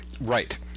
Right